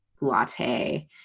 latte